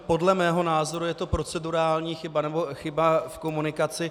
Podle mého názoru je to procedurální chyba nebo chyba v komunikaci.